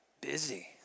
busy